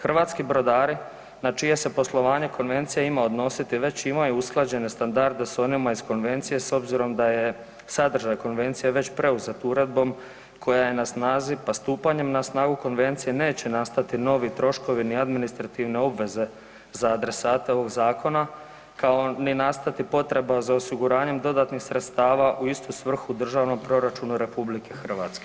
Hrvatski brodari na čije se poslovanje Konvencija ima odnositi već imaju usklađene standarde sa onima iz Konvencije s obzirom da je sadržaj konvencije već preuzet uredbom koja je na snazi, pa stupanjem na snagu konvencije neće nastati novi troškovi, ni administrativne obveze za adresate ovog zakona, kao ni nastati potreba za osiguranjem dodatnih sredstava u istu svrhu u državnom proračunu RH.